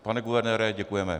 Pane guvernére, děkujeme.